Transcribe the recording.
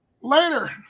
Later